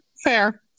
fair